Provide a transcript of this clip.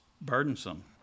burdensome